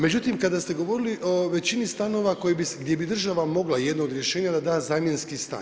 Međutim, kada ste govorili o većini stanova gdje bi država mogla jedno od rješenja da da zamjenski stan.